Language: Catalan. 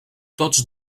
tots